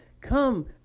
Come